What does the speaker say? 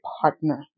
partner